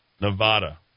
Nevada